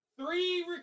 three